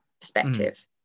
perspective